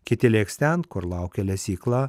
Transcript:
kiti lėks ten kur laukia lesykla